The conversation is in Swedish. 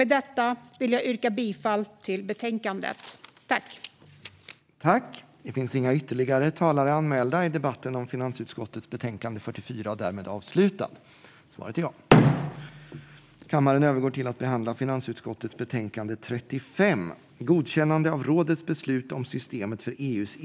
Med detta vill jag yrka bifall till utskottets förslag i betänkandet.